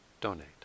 donate